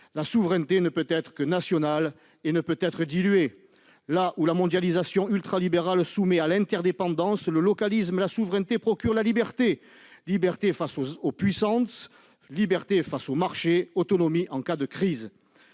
La souveraineté ne peut être que nationale, elle ne saurait être diluée ! Là où la mondialisation ultralibérale soumet à l'interdépendance, le localisme et la souveraineté procurent la liberté : liberté face aux puissances, liberté face au marché, autonomie en cas de crise.